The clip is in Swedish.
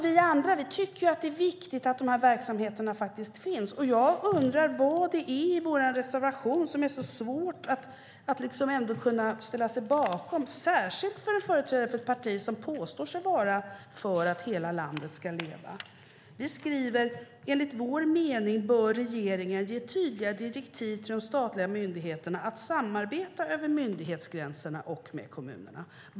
Vi andra tycker att det är viktigt att de här verksamheterna faktiskt finns. Jag undrar vad det är i vår reservation som det är så svårt att ställa sig bakom, särskilt för en företrädare för ett parti som påstår sig vara för att hela landet ska leva. Vi skriver: "Enligt vår mening bör regeringen ge tydliga direktiv till de statliga myndigheterna att samarbeta över myndighetsgränserna och med kommunerna."